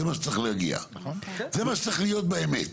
לזה מה שצריך להגיע, זה מה שצריך להיות באמת.